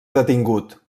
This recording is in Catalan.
detingut